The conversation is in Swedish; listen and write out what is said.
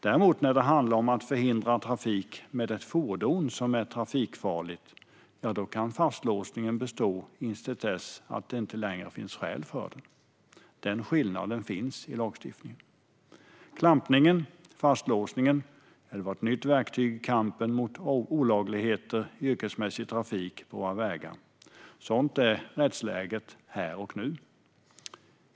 När det däremot handlar om att förhindra trafik med ett fordon som är trafikfarligt kan fastlåsningen bestå till dess att det inte längre finns skäl för den. Den skillnaden finns i lagstiftningen. Klampningen, fastlåsningen, var ett nytt verktyg i kampen mot olagligheter i yrkesmässig trafik på våra vägar. Sådant är rättsläget här och nu.